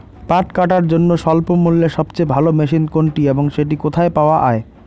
পাট কাটার জন্য স্বল্পমূল্যে সবচেয়ে ভালো মেশিন কোনটি এবং সেটি কোথায় পাওয়া য়ায়?